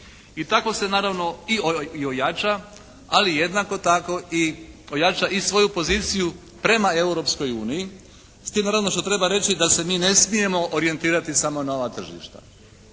i tako se naravno i ojača ali jednako tako i ojača i svoju poziciju prema Europskoj uniji. S tim naravno što treba reći da se mi ne smijemo orijentirati samo na ova tržišta.